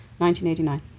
1989